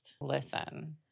listen